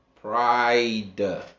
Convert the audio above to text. Pride